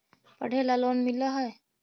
पढ़े ला लोन मिल है?